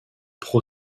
pro